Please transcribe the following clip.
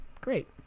great